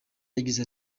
yagize